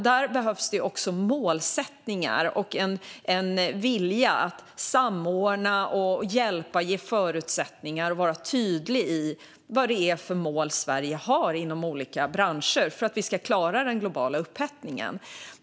Där behövs det också målsättningar och en vilja att samordna, hjälpa, ge förutsättningar och vara tydlig med vad Sverige har för mål inom olika branscher för att vi ska klara den globala upphettningen.